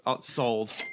Sold